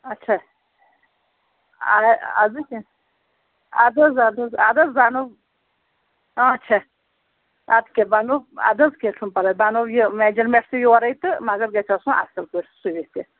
اَچھا اَدٕ کیٚنٛہہ اَدٕ حظ اَدٕ حظ اَدٕ حظ بہٕ اَنو آچھا اَدٕ کیٛاہ بہٕ اَنو اَدٕ حظ کیٚنٛہہ چھُنہٕ پَرواے بہٕ اَنو یہِ میجَرمٮ۪ٹھ تہٕ یورَے تہٕ مَگر گژھِ آسُن اَصٕل پٲٹھۍ سُوِتھ تہِ